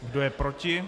Kdo je proti?